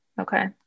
Okay